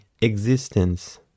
existence